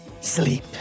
Sleep